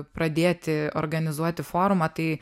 pradėti organizuoti forumą tai